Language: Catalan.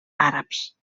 àrabs